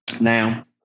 Now